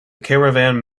caravan